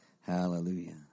Hallelujah